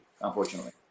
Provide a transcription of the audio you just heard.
unfortunately